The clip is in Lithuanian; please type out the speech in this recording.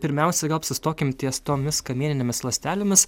pirmiausia gal apsistokim ties tomis kamieninėmis ląstelėmis